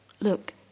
look